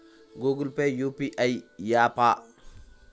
Google Pay UPI య్యాపా?